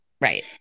Right